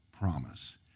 promise